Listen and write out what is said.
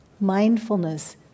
mindfulness